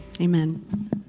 Amen